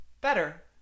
better